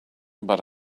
but